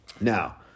Now